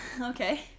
okay